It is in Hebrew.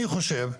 אני חושב,